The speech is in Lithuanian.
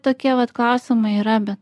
tokie vat klausimai yra be